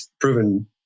proven